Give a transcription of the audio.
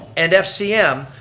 and fcm,